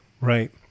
right